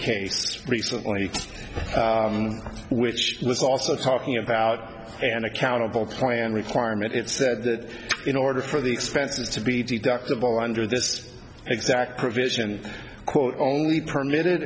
case recently which was also talking about an accountable plan requirement it said that in order for the expenses to be deductible under this exact provision quote only permitted